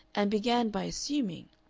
and began by assuming,